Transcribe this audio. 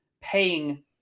paying